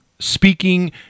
speaking